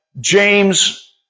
James